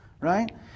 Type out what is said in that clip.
right